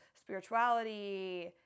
spirituality